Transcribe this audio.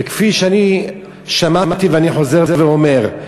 וכפי שאני שמעתי, ואני חוזר ואומר: